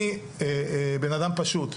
אני בנאדם פשוט,